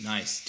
Nice